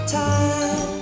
time